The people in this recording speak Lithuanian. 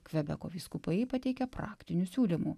kvebeko vyskupai pateikė praktinių siūlymų